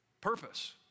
purpose